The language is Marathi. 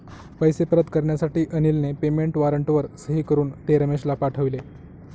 पैसे परत करण्यासाठी अनिलने पेमेंट वॉरंटवर सही करून ते रमेशला पाठवले